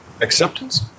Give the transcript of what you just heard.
acceptance